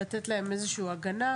לתת להם איזו הגנה.